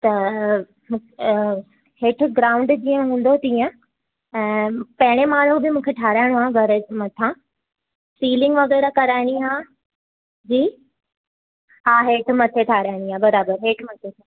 त हेठि ग्राउंड जीअं हूंदो तीअं ऐं पहिरें मालो बि मूंखे ठाहिराइणो आहे घर जे मथां सीलिंग वग़ैरह कराइणी आहे जी हा हेठि मथे ठाहिराइणी आहे बराबरि हेठि मथे